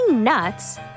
Nuts